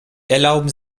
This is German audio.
erlauben